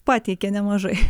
pateikė nemažai